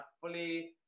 fully